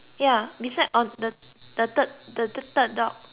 the third the third dog the